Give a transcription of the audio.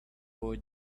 boy